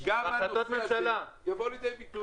שההחלטות יבואו לידי ביטוי.